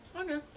Okay